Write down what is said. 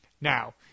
now